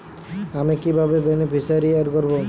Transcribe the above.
আমি কিভাবে beneficiary add করব?